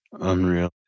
Unreal